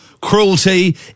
cruelty